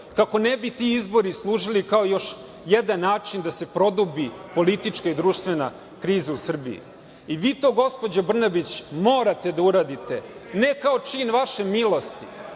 kako ne bi ti izbori služili kao još jedan način da se produbi politička i društvena kriza u Srbiji? Vi to, gospođo Brnabić, morate da uradite, ne kao čin vaše milosti,